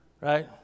Right